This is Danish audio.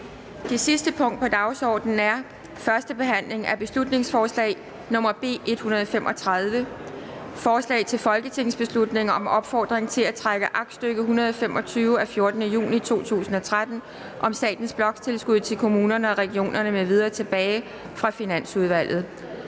Det sidste punkt på dagsordenen er: 9) 1. behandling af beslutningsforslag nr. B 135: Forslag til folketingsbeslutning om opfordring til at trække aktstykke 125 af 14. juni 2013 om statens bloktilskud til kommunerne og regionerne m.v. tilbage fra Finansudvalget.